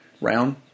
Round